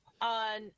on